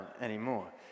anymore